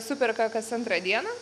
superka kas antrą dieną